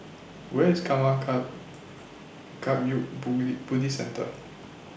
Where IS Karma Kagyud Buddhist Centre